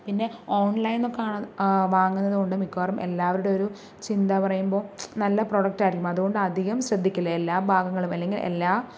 പിന്നെ ഓൺലൈൻ എന്നൊക്കെ വാങ്ങുന്നതുകൊണ്ട് മിക്കവാറും എല്ലാവരുടെ ഒരു ചിന്ത പറയുമ്പോൾ നല്ല പ്രോഡക്റ്റായിരിക്കും അതുകൊണ്ട് അധികം ശ്രദ്ധിക്കില്ല എല്ലാ ഭാഗങ്ങളും അല്ലെങ്കിൽ എല്ലാ